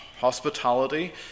hospitality